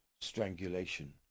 strangulation